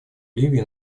ливии